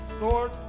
Lord